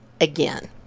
again